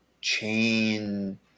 chain